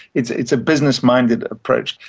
it's it's a business-minded approach.